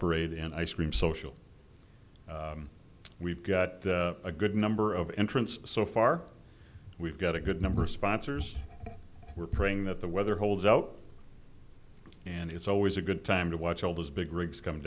parade and ice cream social we've got a good number of entrants so far we've got a good number sponsors we're praying that the weather holds out and it's always a good time to watch all those big rigs come